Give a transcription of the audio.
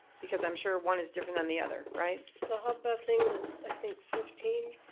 because i'm sure one is different than the other, right? the hub busing is, i think fifteen.